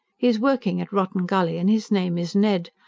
he is working at rotten gully, and his name is ned.